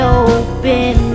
open